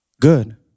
Good